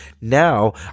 Now